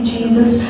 Jesus